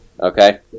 Okay